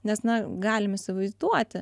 nes na galim įsivaizduoti